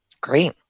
Great